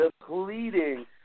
Depleting